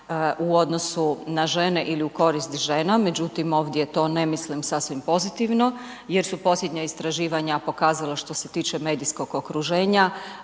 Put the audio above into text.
u odnosu na žene ili u korist žena. Međutim, ovdje to ne mislim sasvim pozitivno jer su posljednja istraživanja pokazala što se tiče medijskog okruženja